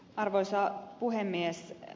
arvoisa puhemies